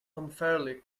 unfairly